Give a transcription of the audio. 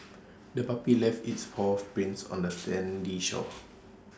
the puppy left its paw prints on the sandy shore